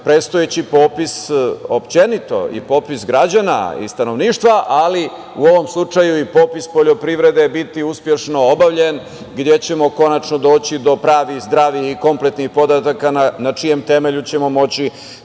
predstojeći popis općenito, i popis građana i stanovništva, ali u ovom slučaju i popis poljoprivrede, biti uspešno obavljen gde ćemo konačno doći do pravih, zdravih i kompletnih podataka na čijem temelju ćemo moći